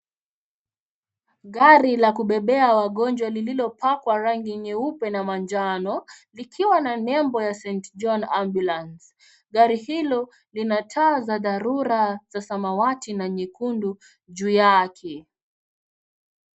Gari la kubebea wagonjwa lililopakwa rangi nyeupe na manjano, likiwa na nembo ya Saint John Ambulance . Gari hilo lina taa za dharura za samawati na nyekundu juu yake.